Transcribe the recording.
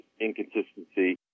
inconsistency